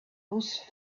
whose